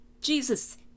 Jesus